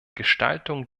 gestaltung